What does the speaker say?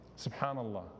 SubhanAllah